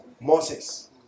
Moses